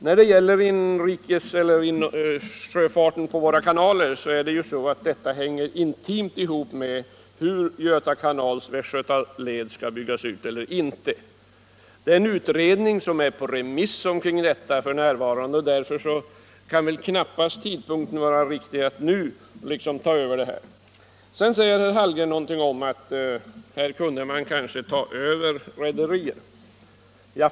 Utnyttjandet av sjöfarten på våra kanaler hänger intimt ihop med om Göta kanals Västgötaled skall byggas ut eller inte. Utredningen om detta är f. n. på remiss, och därför kan väl tidpunkten knappast vara den rätta att ta upp detta nu. Herr Hallgren säger att man kanske kunde ta över rederier.